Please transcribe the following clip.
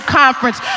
conference